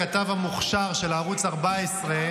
הכתב המוכשר של ערוץ 14,